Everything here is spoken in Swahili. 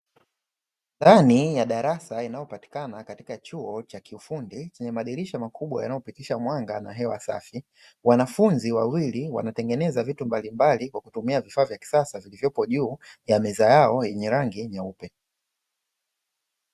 Ndani ya darasa linalopatikana katika chuo cha kiufundi chenye madirisha makubwa yanayopitisha mwanga na hewa safi, wanafunzi wawili wanatengeneza vitu mbalimbali kwa kutumia vifaa vya kisasa vilivyopo juu ya meza yao yenye rangi nyeupe.